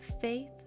faith